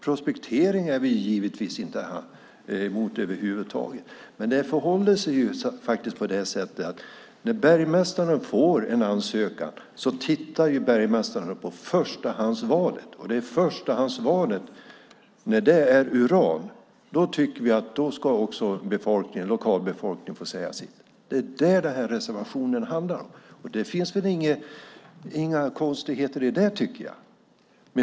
Prospektering är vi givetvis inte emot. När bergmästaren får en ansökan tittar bergmästaren på förstahandsvalet. När förstahandsvalet är uran ska också lokalbefolkningen få säga sitt. Det är vad reservationen handlar om. Det är inget konstigt med det.